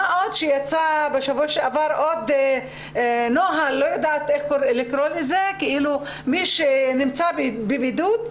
בשבוע שעבר יצא נוהל נוסף שאומר שמי שנמצא בבידוד,